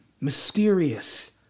mysterious